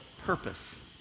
purpose